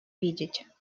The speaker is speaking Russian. видеть